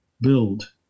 build